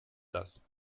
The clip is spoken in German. das